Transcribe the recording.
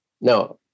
Now